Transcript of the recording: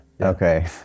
Okay